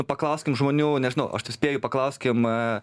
paklauskim žmonių nežinau aš taip spėju paklauskim